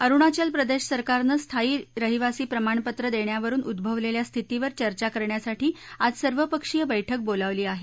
अरुणाचल प्रदेश सरकारनं स्थायी रहिवासी प्रमाणपत्र देण्यावरुन उद्गवलेल्या स्थितीवर चर्चा करण्यासाठी आज सर्वपक्षीय बैठक बोलावली आहे